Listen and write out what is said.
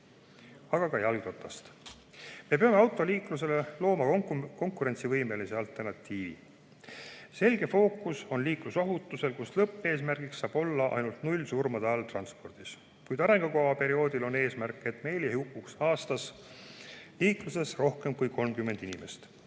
aga ka jalgratast. Me peame autoliiklusele looma konkurentsivõimelise alternatiivi. Selge fookus on liiklusohutusel, mille lõppeesmärk saab olla ainult null surma transpordis. Kuid arengukava perioodiks on seatud eesmärk, et meil ei hukkuks aasta jooksul liikluses rohkem kui 30 inimest.